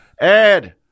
ed